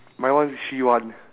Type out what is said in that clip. my one is three one